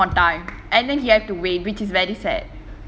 but your time will come on time and then he have to wait which is very sad